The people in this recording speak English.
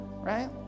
Right